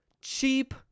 cheap